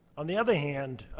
on the other hand,